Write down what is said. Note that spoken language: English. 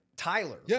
Tyler